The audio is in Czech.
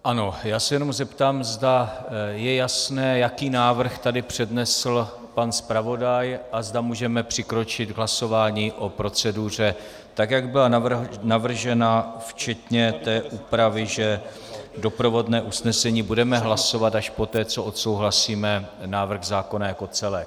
Ano, jen se zeptám, zda je jasné, jaký návrh tady přednesl pan zpravodaj, a zda můžeme přikročit k hlasování o proceduře, tak jak byla navržena, včetně té úpravy, že doprovodné usnesení budeme hlasovat až poté, co odsouhlasíme návrh zákona jako celek.